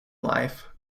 life